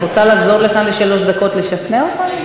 את רוצה לחזור לכאן לשלוש דקות לשכנע אותנו?